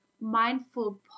mindful